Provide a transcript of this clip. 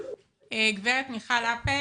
גברת מיכל אפל,